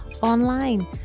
online